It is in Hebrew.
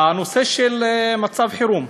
הנושא של מצב חירום: